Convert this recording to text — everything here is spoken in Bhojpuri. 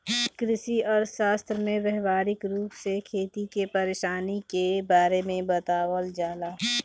कृषि अर्थशास्त्र में व्यावहारिक रूप से खेती के परेशानी के बारे में बतावल जाला